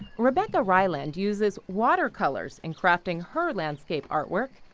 rebecca ryland uses water colors in crafting her landscape artwork.